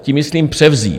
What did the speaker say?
Tím myslím převzít.